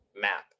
map